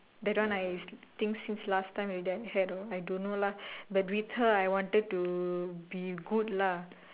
that one I think since last time already I had or I don't know lah but with her I wanted to be good lah